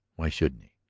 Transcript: why shouldn't he?